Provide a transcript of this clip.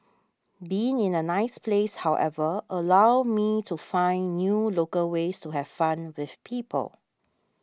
being in a nice place however allowed me to find new local ways to have fun with people